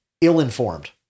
ill-informed